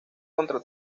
contra